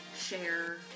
share